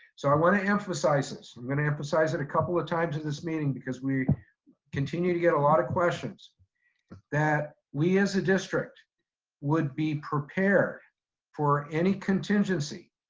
so i want to emphasize this. i'm going to emphasize it a couple of times at this meeting, because we continue to get a lot of questions that we, as a district would be prepared for any contingency,